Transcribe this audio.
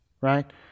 right